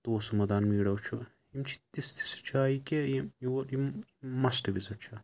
توسہٕ مٲدان میٖڈو چھُ یِم چھِ تِژھہٕ تِژھہٕ جایہِ کہِ یِم یور یِم مسٹہٕ وِزِٹ چھِ